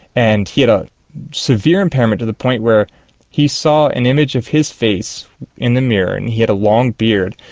and he had a severe impairment to the point where he saw an image of his face in the mirror, and he had a long beard,